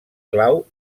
clau